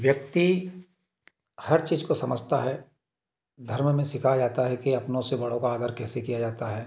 व्यक्ति हर चीज़ को समझता है धर्म में सिखाया जाता है कि अपनों से बड़ा का आदर कैसे क्या जाता है